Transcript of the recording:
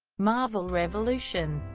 marvel revolution